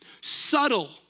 subtle